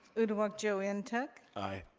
uduak joe and ntuk? aye.